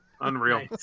unreal